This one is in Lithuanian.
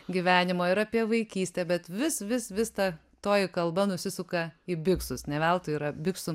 gyvenimo ir apie vaikystę bet vis vis vis ta toji kalba nusisuka į biksus ne veltui yra biksų